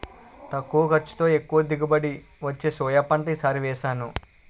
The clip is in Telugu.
తక్కువ ఖర్చుతో, ఎక్కువ దిగుబడి వచ్చే సోయా పంట ఈ సారి వేసాను